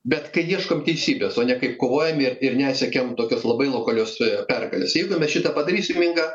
bet kai ieškom teisybės o ne kaip kovojam ir ir nesiekiam tokios labai lokalios pergalės jeigu mes šitą padarysim inga